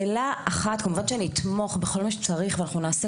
כמובן שאני אתמוך בכל מה שצריך ונעשה